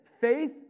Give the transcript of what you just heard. faith